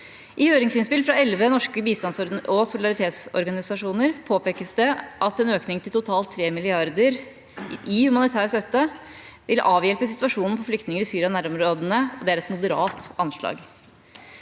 I høringsinnspill fra elleve norske bistands- og solidaritetsorganisasjoner påpekes det at en økning til totalt 3 mrd. kr i humanitær støtte til å avhjelpe situasjonen for flyktninger i Syria og nærområdene, er et moderat anslag.